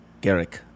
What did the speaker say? Garrick